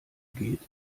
geht